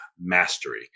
mastery